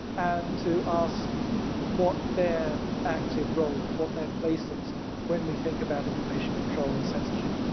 and to ask what their active role is, what their place is when we think about information control and censorship.